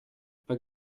pas